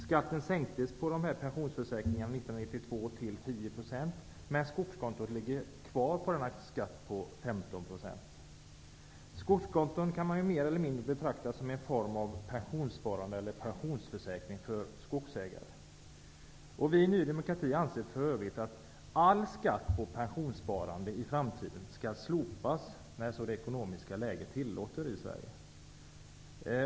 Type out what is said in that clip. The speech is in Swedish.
Skatten på pensionsförsäkringarna sänktes 1992 till 10 %, men skatten på skogskonton ligger kvar på 15 %. Skogskonton kan mer eller mindre betraktas som en form av pensionssparande eller pensionsförsäkring för skogsägare. Vi i Ny demokrati anser att all skatt på pensionssparande i framtiden skall slopas när det ekonomiska läget i Sverige tillåter det.